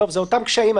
אלה אותם קשיים.